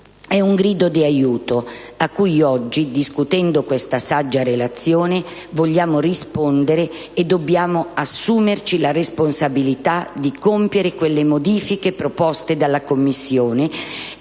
È un grido di aiuto, a cui oggi discutendo questa saggia relazione vogliamo rispondere e dobbiamo assumerci la responsabilità di compiere quelle modifiche proposte dalla Commissione,